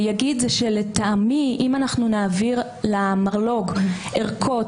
לגבי מי שלא התקבלה הסכמה אנחנו יודעים שהמכון לרפואה